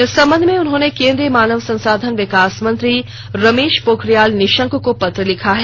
इस संबंध में उन्होंने केन्द्रीय मानव संसाधन विकास मंत्री रमेश पोखरियाल निशंक को पत्र लिखा है